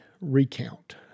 recount